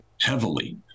heavily